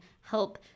help